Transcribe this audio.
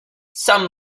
some